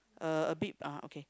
uh a bit uh okay